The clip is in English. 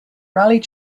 raleigh